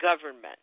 government